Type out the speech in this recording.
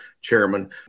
chairman